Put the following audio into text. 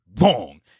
wrong